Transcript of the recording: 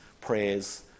prayers